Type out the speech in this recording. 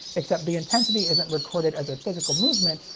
except the intensity isn't recorded as a physical movement,